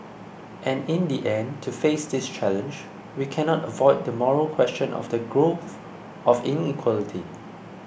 and in the end to face this challenge we cannot avoid the moral question of the growth of inequality